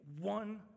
one